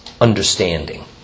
understanding